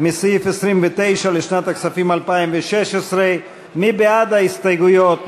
מסעיף 29 לשנת הכספים 2016. מי בעד ההסתייגויות?